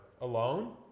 alone